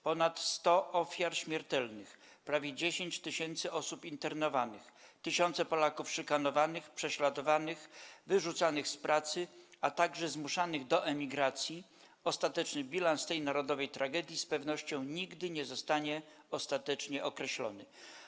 Ponad 100 ofiar śmiertelnych, prawie 10 tysięcy osób internowanych, tysiące Polaków szykanowanych, prześladowanych, wyrzucanych z pracy, a także zmuszanych do emigracji - ostateczny bilans tej narodowej tragedii z pewnością nigdy nie zostanie ostatecznie określony.